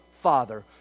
father